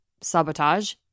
sabotage